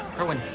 irwin,